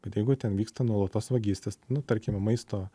bet jeigu ten vyksta nuolatos vagystės nu tarkime maisto